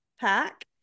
pack